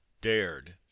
dared